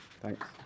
thanks